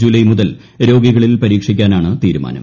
July മുതൽ രോഗികളിൽ പരീക്ഷിക്കാനാണ് തീരുമാനം